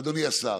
אדוני השר,